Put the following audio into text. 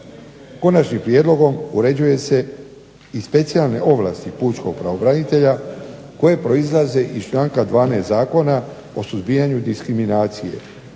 Konačnim prijedlogom uređuje se i specijalne ovlasti pučkog pravobranitelja koje proizlaze iz članka 12. Zakona o suzbijanju diskriminacije